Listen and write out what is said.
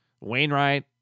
Wainwright